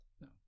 no